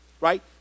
right